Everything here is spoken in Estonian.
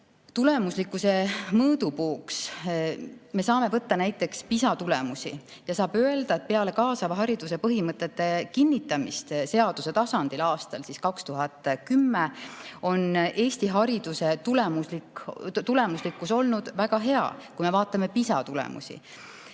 Tulemuslikkuse mõõdupuuks me saame võtta näiteks PISA tulemusi. Saab öelda, et peale kaasava hariduse põhimõtete kinnitamist seaduse tasandil aastal 2010 on Eesti hariduse tulemuslikkus olnud väga hea, kui me vaatame PISA tulemusi.